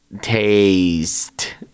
Taste